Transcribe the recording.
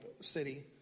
City